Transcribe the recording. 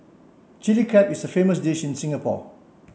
Chilli Crab is a famous dish in Singapore